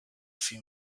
few